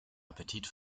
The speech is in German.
appetit